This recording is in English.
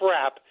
crap